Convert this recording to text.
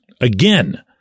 again